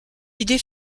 idée